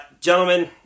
Gentlemen